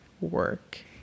work